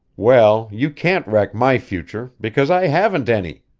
well, you can't wreck my future, because i haven't any,